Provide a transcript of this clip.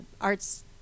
arts